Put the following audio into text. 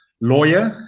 lawyer